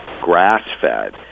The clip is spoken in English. grass-fed